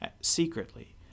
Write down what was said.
secretly